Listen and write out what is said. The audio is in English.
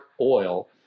oil